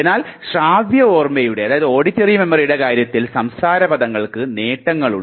എന്നാൽ ശ്രാവ്യ ഓർമ്മയുടെ കാര്യത്തിൽ സംസാര പദങ്ങൾക്ക് നേട്ടങ്ങളുണ്ട്